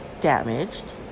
Damaged